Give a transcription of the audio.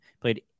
played